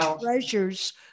treasures